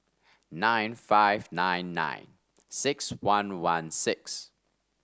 nine five nine nine six one one six